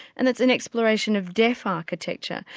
and it's an exploration of deaf architecture.